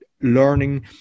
learning